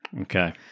Okay